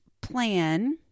plan